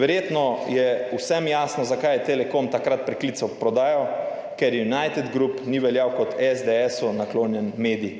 Verjetno je vsem jasno, zakaj je Telekom takrat preklical prodajo, ker ji United Group ni veljal kot SDS-u naklonjen medij.